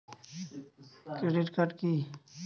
Credit card কি?